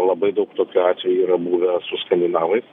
labai daug tokių atvejų yra buvę su skandinavais